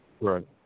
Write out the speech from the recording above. Right